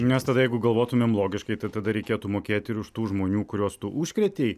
nes tada jeigu galvotumėm logiškai tai tada reikėtų mokėti ir už tų žmonių kuriuos tu užkrėtei